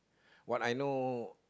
what I know